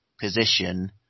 position